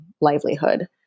livelihood